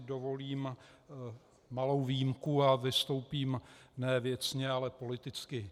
Dovolím si malou výjimku a vystoupím ne věcně, ale politicky.